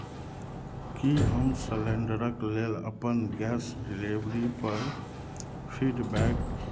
की हम सलेण्डरक लेल अपन गैस डिलेवरीपर फीडबैक